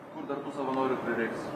kur dar tų savanorių prireiks